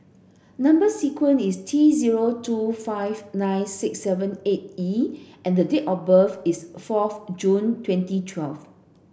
number sequence is T zero two five nine six seven eight E and the date of birth is fourth June twenty twelve